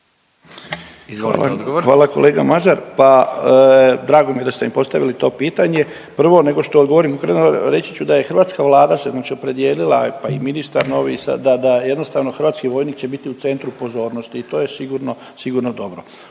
Hvala kolega Mažar. Drago mi je da ste mi postavili to pitanje. Prvo nego što odgovorim reći ću da je hrvatska Vlada se inače opredijelila pa i ministar novi sad da, da jednostavno hrvatski vojnik će biti u centru pozornosti i to je sigurno,